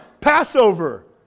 Passover